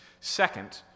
Second